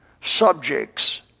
subjects